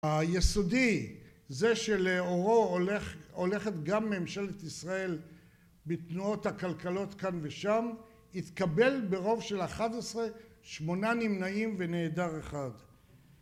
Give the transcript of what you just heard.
היסודי זה שלאורו הולכת גם ממשלת ישראל בתנועות הכלכלות כאן ושם, התקבל ברוב של 11 שמונה נמנעים ונעדר אחד.